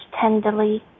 tenderly